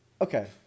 Okay